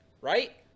right